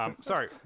Sorry